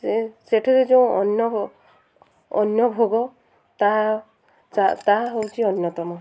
ସେ ସେଠାରେ ଯୋଉ ଅର୍ଣ୍ଣ ଅର୍ଣ୍ଣ ଭୋଗ ତାହା ହେଉଛି ଅନ୍ୟତମ